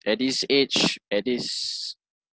at this age at this